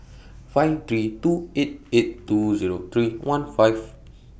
five three two eight eight two Zero three one five